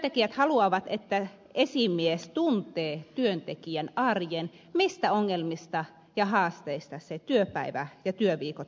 työntekijät haluavat että esimies tuntee työntekijän arjen mistä ongelmista ja haasteista ne työpäivät ja työviikot muodostuvat